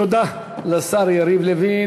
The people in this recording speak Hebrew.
תודה לשר יריב לוין.